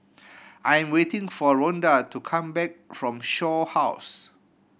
I'm waiting for Rhonda to come back from Shaw House